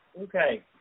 Okay